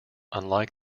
unlike